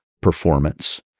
performance